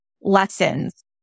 lessons